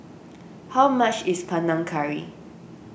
how much is Panang Curry